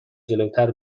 جلوتر